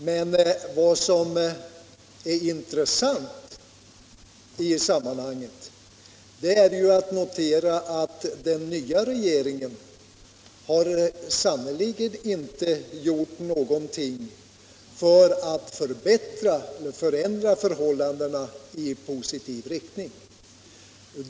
Men vad som är intressant i sammanhanget är att notera att den nya regeringen sannerligen inte gjort någonting för att förbättra och förändra förhållandena i positiv riktning.